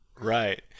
right